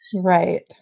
Right